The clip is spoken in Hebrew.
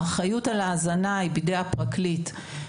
האחריות על ההזנה היא בידי הפרקליט.